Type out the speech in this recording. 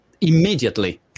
immediately